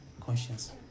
conscience